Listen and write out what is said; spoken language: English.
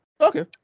Okay